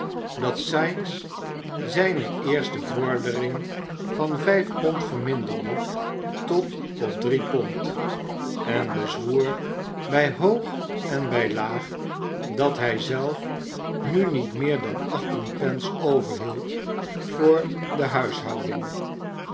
dat sikes zijne eerste vordering van vijf pond verminderde tot op drie pond en bezwoer bij hoog en bij laag dat hij zelf nu niet meer dan achttien pense overhield voor de huishouding